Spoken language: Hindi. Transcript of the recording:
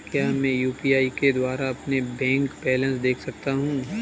क्या मैं यू.पी.आई के द्वारा अपना बैंक बैलेंस देख सकता हूँ?